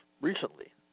recently